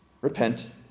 Repent